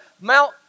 Mount